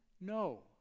No